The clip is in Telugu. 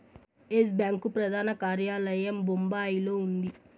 ఎస్ బ్యాంకు ప్రధాన కార్యాలయం బొంబాయిలో ఉంది